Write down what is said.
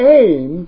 aim